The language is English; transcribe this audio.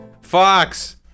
FOX